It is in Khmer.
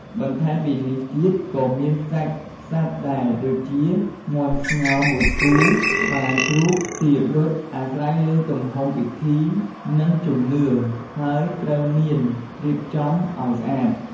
បន្ថែមពីនេះទៀតក៏មានសាច់សត្វដែរ ដូចជា មាន់ស្ងោរមួយគូ ក្បាលជ្រូក ទាដុត អាស្រ័យលើទំហំពិធី និងជំនឿ ហើយត្រូវមានរៀបចំឲ្យស្អាត ។